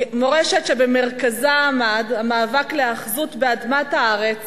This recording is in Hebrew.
מורשת שבמרכזה עמד המאבק להיאחזות באדמת הארץ